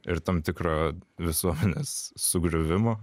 ir tam tikro visuomenės sugriuvimo